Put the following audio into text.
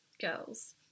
girls